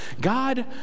God